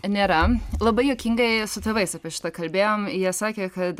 nėra labai juokingai su tėvais apie šitą kalbėjom jie sakė kad